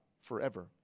forever